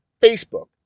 Facebook